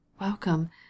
Welcome